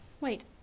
Wait